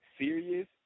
serious